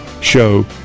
show